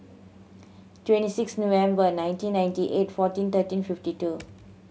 twenty six November nineteen ninety eight fourteen thirteen fifty two